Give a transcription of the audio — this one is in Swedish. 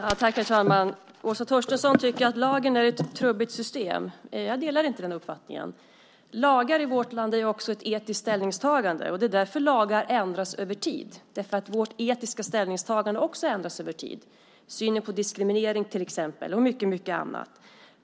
Herr talman! Åsa Torstensson tycker att lagen är ett trubbigt system. Jag delar inte den uppfattningen. Lagar i vårt land är också ett etiskt ställningstagande. Lagar ändras över tid därför att vårt etiska ställningstagande också ändras över tid. Det gäller till exempel synen på diskriminering och mycket annat.